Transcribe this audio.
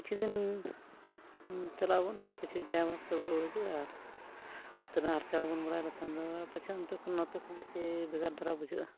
ᱠᱤᱪᱷᱩ ᱫᱤᱱ ᱪᱟᱞᱟᱜ ᱟᱵᱚᱱ ᱟᱨ ᱠᱤᱪᱷᱩ ᱫᱤᱱ ᱛᱟᱭᱚᱢ ᱛᱮᱫᱚ ᱵᱚᱱ ᱨᱩᱣᱟᱹᱲ ᱦᱤᱡᱩᱜᱼᱟ ᱟᱨ ᱚᱱᱛᱮᱱᱟᱜ ᱦᱟᱞᱪᱟᱞ ᱵᱚᱱ ᱵᱟᱲᱟᱭ ᱞᱮᱠᱷᱟᱱ ᱫᱚ ᱯᱟᱪᱷᱮ ᱚᱱᱛᱮ ᱠᱷᱚᱱ ᱱᱚᱛᱮ ᱠᱚ ᱯᱟᱪᱷᱮ ᱵᱷᱮᱜᱟᱨ ᱫᱷᱟᱨᱟ ᱵᱩᱡᱷᱟᱹᱜᱼᱟ